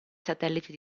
satelliti